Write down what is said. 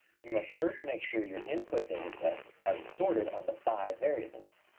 you must first make sure your input data sets are sorted on the by variables.